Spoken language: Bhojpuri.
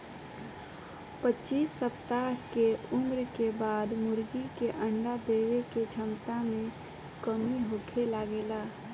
पच्चीस सप्ताह के उम्र के बाद मुर्गी के अंडा देवे के क्षमता में कमी होखे लागेला